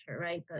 right